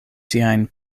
siajn